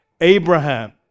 Abraham